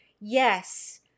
Yes